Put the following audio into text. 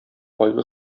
кайгы